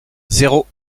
zéro